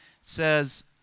says